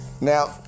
Now